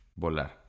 Volar